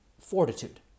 fortitude